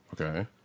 Okay